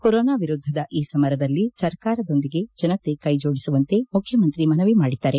corona ವಿರುದ್ದದ ಈ ಸಮರದಲ್ಲಿ ಸರ್ಕಾರದೊಂದಿಗೆ ಜನತೆ ಕೈಜೋಡಿಸುವಂತೆ ಮುಖ್ಯಮಂತ್ರಿ ಮನವಿ ಮಾಡಿದ್ದಾರೆ